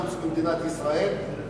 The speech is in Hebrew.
חוץ ממדינת ישראל?